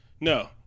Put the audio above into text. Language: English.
no